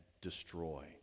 destroy